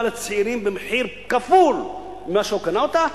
לצעירים במחיר כפול ממה שהוא קנה אותה,